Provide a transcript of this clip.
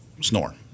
snore